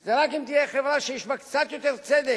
זה רק אם תהיה חברה שיש בה קצת יותר צדק,